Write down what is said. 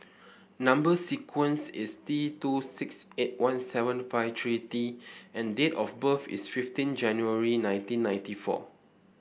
number sequence is T two six eight one seven five three T and date of birth is fifteen January nineteen ninety four